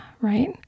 right